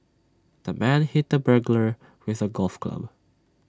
the man hit the burglar with A golf club